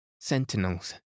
sentinels